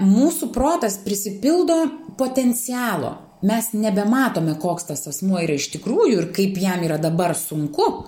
mūsų protas prisipildo potencialo mes nebematome koks tas asmuo yra iš tikrųjų ir kaip jam yra dabar sunku